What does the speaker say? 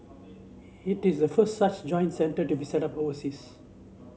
it is a first such joint centre to be set up overseas